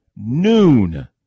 Noon